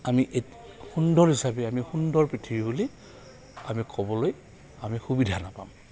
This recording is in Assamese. আমি এই সুন্দৰ হিচাপে আমি সুন্দৰ পৃথিৱী বুলি আমি ক'বলৈ আমি সুবিধা নাপাম